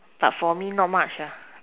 but for me not much ah